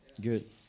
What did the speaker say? Good